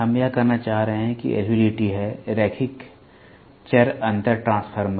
हम यह कहना चाह रहे हैं कि LVDT है रैखिक चर अंतर ट्रांसफार्मर